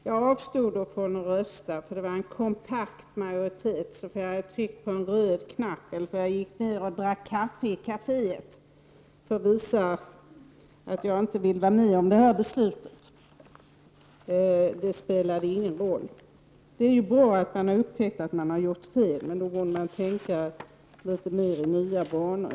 Jag avstod dock från att rösta emot — det var en kompakt majoritet; jag gick i stället ned i kaféet och drack kaffe för att visa att jag inte ville vara med om det beslutet. Det spelade ingen roll. Det är ju bra att man har upptäckt att man har gjort fel, men då borde man tänka i litet nyare banor.